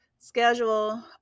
schedule